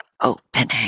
Opening